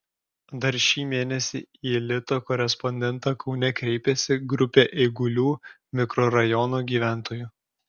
dar šį mėnesį į lito korespondentą kaune kreipėsi grupė eigulių mikrorajono gyventojų